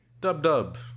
Dub-dub